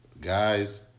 Guys